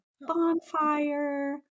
bonfire